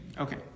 Okay